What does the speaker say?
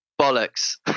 Bollocks